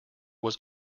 was